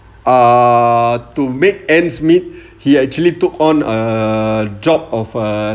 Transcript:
uh to make ends meet he actually took on a job of a